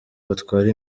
batwara